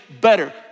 better